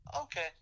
Okay